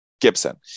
Gibson